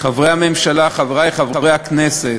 חברי הממשלה, חברי חברי הכנסת,